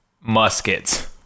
muskets